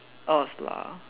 us lah